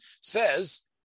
says